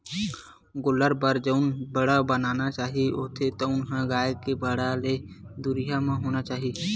गोल्लर बर जउन बाड़ा बनाना चाही होथे तउन ह गाय के बाड़ा ले दुरिहा म होना चाही